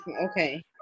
Okay